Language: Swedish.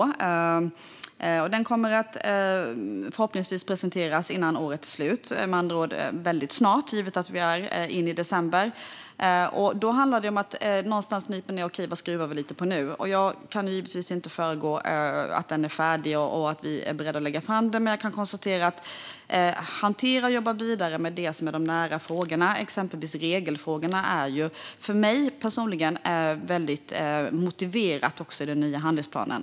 Den kommer förhoppningsvis att presenteras före årets slut - med andra ord väldigt snart, givet att vi är inne i december. Då handlar det om att "okej, vad skruvar vi lite på nu". Jag kan givetvis inte föregå handlingsplanen innan den är färdig och vi är beredda att lägga fram den, men jag kan konstatera att det handlar om att hantera och jobba vidare med de nära frågorna. Exempelvis regelfrågorna är för mig personligen väldigt motiverade också i den nya handlingsplanen.